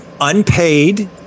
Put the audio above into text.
unpaid